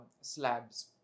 slabs